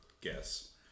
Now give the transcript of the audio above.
guess